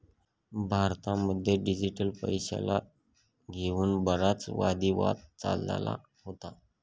भारतामध्ये डिजिटल पैशाला घेऊन बराच वादी वाद चालला होता